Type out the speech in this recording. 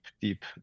deep